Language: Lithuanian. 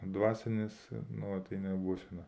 dvasinis nuolatinė būsena